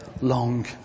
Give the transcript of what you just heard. long